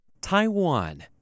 Taiwan